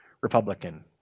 Republican